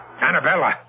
Annabella